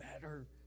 better